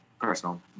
personal